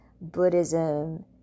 Buddhism